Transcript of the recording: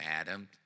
Adam